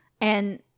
And-